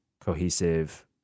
cohesive